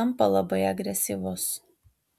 tampa labai agresyvus